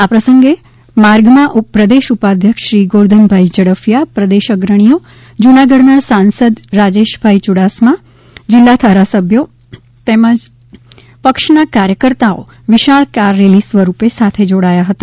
આ પ્રસંગે માર્ગમાં પ્રદેશ ઉપાધ્યક્ષ શ્રીગોરધનભાઇ ઝડફિયા પ્રદેશ અગ્રણીઓ જૂનાગઢના સાંસદશ્રી રાજેશભાઇ યુડાસમા જિલ્લાના ધારાસભ્યો તેમજ પક્ષના કાર્યકર્તાઓ વિશાળ કાર રેલી સ્વરૂપે સાથે જોડાયા હતા